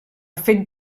fet